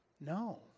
No